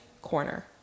corner